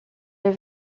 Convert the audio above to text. les